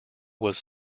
was